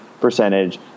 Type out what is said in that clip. percentage